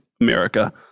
America